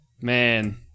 man